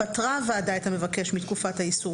פטרה הוועדה את המבקש מתקופת האיסור,